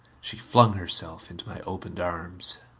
she flung herself into my opened arms.